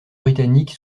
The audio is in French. britannique